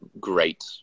great